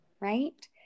right